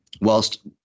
Whilst